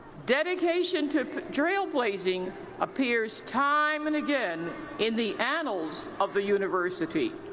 dedication to trailblazing appears time and again in the annals of the university.